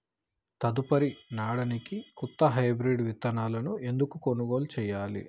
తదుపరి నాడనికి కొత్త హైబ్రిడ్ విత్తనాలను ఎందుకు కొనుగోలు చెయ్యాలి?